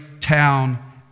town